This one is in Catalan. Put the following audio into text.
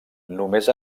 només